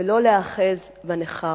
ולא להיאחז בנכר.